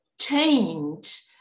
change